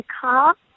car